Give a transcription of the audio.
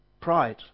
Pride